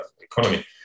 economy